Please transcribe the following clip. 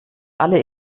alle